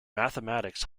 mathematics